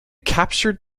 captured